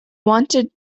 wanted